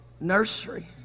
nursery